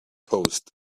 post